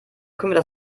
können